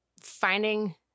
finding